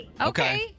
Okay